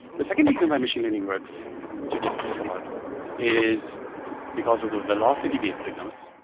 the second reason why machine learning works to detect fraud is because of the velocity base signals,